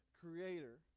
Creator